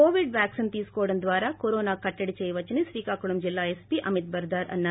Covid vaccine తీసుకోవడం ద్వారా corona కట్టడి చేయవచ్చని శ్రీకాకుళం జిల్లా ఎస్పీ అమిత్ బర్దార్ అన్పారు